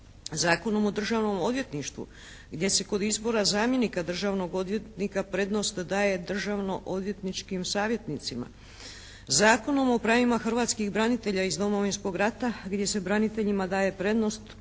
Zakonom o državnom odvjetništvu gdje se kod izbora zamjenika državnog odvjetnika prednost daje državno odvjetničkim savjetnicima, Zakonom o pravima hrvatskih branitelja iz Domovinskog rata gdje se braniteljima daje prednost